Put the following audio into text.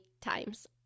times